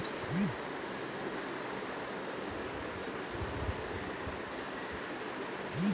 फसल कटाई करवार कुन दिनोत उगैहे?